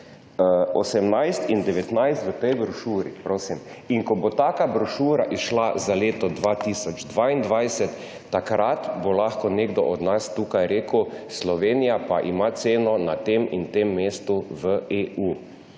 18 in 19 v tej brošuri. Ko bo taka brošura izšla za leto 2022, takrat bo lahko nekdo od nas tukaj rekel, da Slovenija pa ima ceno na tem in tem mestu v EU.